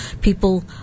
People